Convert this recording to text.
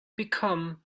become